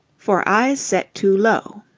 for eyes set too low.